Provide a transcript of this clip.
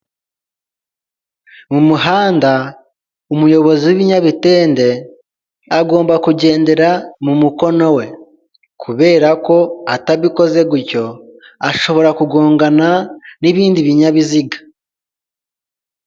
Mu muhanda umuyobozi w'ibinyabitende agomba kugendera mu mukono we kubera ko atabikoze gutyo ashobora kugongana n'ibindi binyabiziga.